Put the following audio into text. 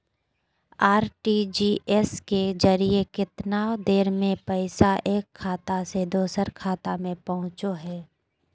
RTGS के जरिए कितना देर में पैसा एक खाता से दुसर खाता में पहुचो है?